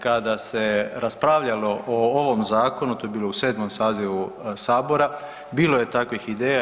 Kada se raspravljalo o ovom zakonu, to je bilo u 7. sazivu Sabora bilo je takvih ideja.